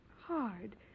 hard